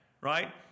right